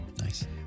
Nice